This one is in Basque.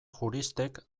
juristek